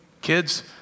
kids